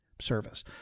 Service